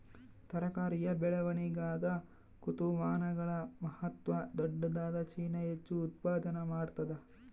ತರಕಾರಿಯ ಬೆಳವಣಿಗಾಗ ಋತುಮಾನಗಳ ಮಹತ್ವ ದೊಡ್ಡದಾದ ಚೀನಾ ಹೆಚ್ಚು ಉತ್ಪಾದನಾ ಮಾಡ್ತದ